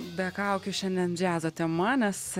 be kaukių šiandien džiazo tema nes